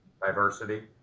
Diversity